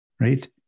right